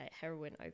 heroin